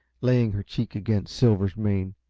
laying her cheek against silver's mane.